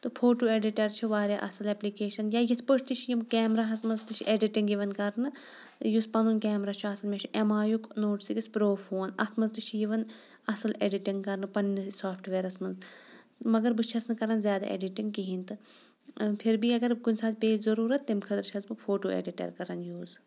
تہٕ photo editor چھِ واریاہ اَصٕل ایٚپلِکیشَن یا یِتھ پٲٹھۍ تہِ چھِ یِم کیمراہَس منٛز تہِ چھِ ایڈِٹِنٛگ یِوان کَرنہٕ یُس پَنُن کیمرا چھُ آسان مےٚ چھِ ایم آے یُک نوٹ سِکِس پرٛو فون اَتھ منٛز تہِ چھِ یِوان اَصٕل ایڈِٹِنٛگ کَرنہٕ پنٛنِس سافٹہٕ وِیَرَس منٛز مگر بہٕ چھٮ۪س نہٕ کَران زیادٕ ایڈِٹِنٛگ کِہیٖنۍ تہٕ پھِر بھی اگر کُنہِ ساتہٕ پے ضٔروٗرت تَمہِ خٲطرٕ چھٮ۪س بہٕ فوٹو ایڈِٹَر کَران یوٗز